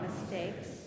mistakes